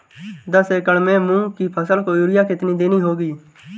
दस एकड़ में मूंग की फसल को यूरिया कितनी देनी होगी?